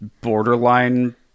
borderline